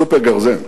סופר גרזן.